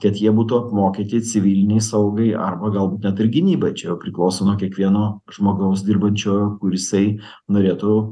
kad jie būtų apmokyti civilinei saugai arba gal net ir gynybai čia jau priklauso nuo kiekvieno žmogaus dirbančio kur jisai norėtų